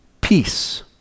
peace